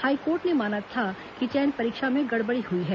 high court ने माना था कि चयन परीक्षा में गड़बड़ी हुई है